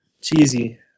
cheesy